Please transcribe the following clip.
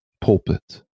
pulpit